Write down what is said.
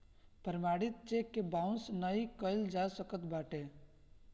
प्रमाणित चेक के बाउंस नाइ कइल जा सकत बाटे